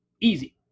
easy